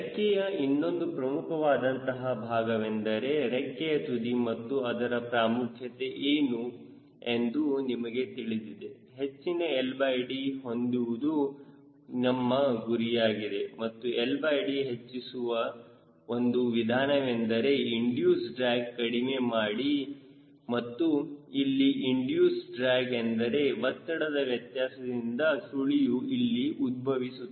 ರೆಕ್ಕೆಯ ಇನ್ನೊಂದು ಪ್ರಮುಖವಾದಂತಹ ಭಾಗವೆಂದರೆ ರೆಕ್ಕೆಯ ತುದಿ ಮತ್ತು ಅದರ ಪ್ರಾಮುಖ್ಯತೆ ಏನು ಎಂದು ನಿಮಗೆ ತಿಳಿದಿದೆ ಹೆಚ್ಚಿನ LD ಹೊಂದುವುದು ನಮ್ಮ ಗುರಿಯಾಗಿದೆ ಮತ್ತು LD ಹೆಚ್ಚಿಸುವ ಒಂದು ವಿಧಾನವೆಂದರೆ ಇಂಡಿಯೂಸ್ ಡ್ರ್ಯಾಗ್ ಕಡಿಮೆ ಮಾಡಿ ಮಾಡಲು ಮತ್ತು ಇಲ್ಲಿ ಇಂಡಿಯೂಸ್ ಡ್ರ್ಯಾಗ್ ಎಂದರೆ ಒತ್ತಡದ ವ್ಯತ್ಯಾಸದಿಂದ ಸುಳಿಯು ಇಲ್ಲಿ ಉದ್ಭವಿಸುತ್ತದೆ